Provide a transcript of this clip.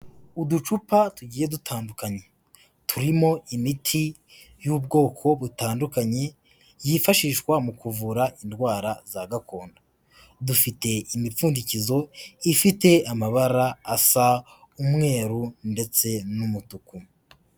Uducupa tugiye dutandukanye, turimo imiti y'ubwoko butandukanye yifashishwa mu kuvura indwara za gakondo, dufite imipfundikizo ifite amabara asa umweru ndetse n'umutuku.